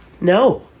no